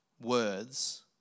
words